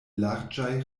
larĝaj